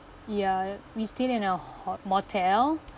ya we stayed in a ho~ motel